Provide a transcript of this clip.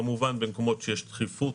כמובן במקומות שיש דחיפות,